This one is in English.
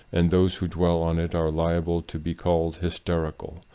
and those who dwell on it are liable to be called hysterical.